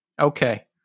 Okay